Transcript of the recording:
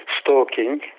stalking